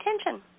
attention